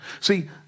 see